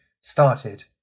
started